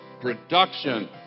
production